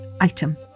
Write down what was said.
item